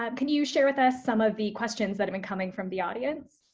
um can you share with us some of the questions that have been coming from the audience?